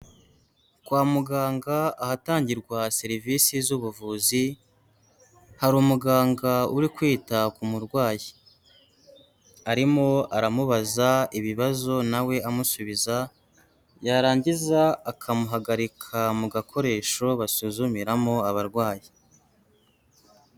Kwa muganga ahatangirwa serivisi z'ubuvuzi, hari umuganga uri kwita ku murwayi. Arimo aramubaza ibibazo na we amusubiza, yarangiza akamuhagarika mu gakoresho basuzumiramo abarwayi.